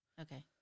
Okay